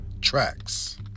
tracks